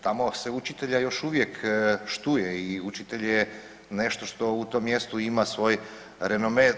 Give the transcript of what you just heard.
Tamo se učitelja još uvijek štuje i učitelj je nešto što u tom mjestu ima svoj renome.